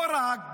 לא רק,